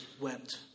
wept